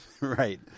Right